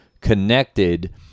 connected